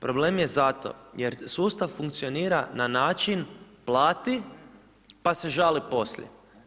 Problem je zato jer sustav funkcionira na način plati pa se žali poslije.